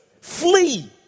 flee